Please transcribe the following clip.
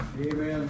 Amen